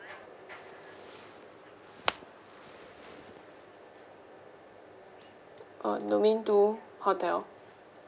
uh domain two hotel